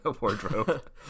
wardrobe